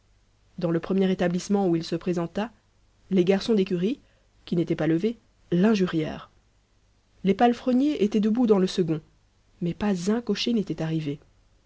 dans le premier établissement où il se présenta les garçons d'écurie qui n'étaient pas levés l'injurièrent les palefreniers étaient debout dans le second mais pas un cocher n'était arrivé